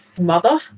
mother